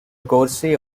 gorse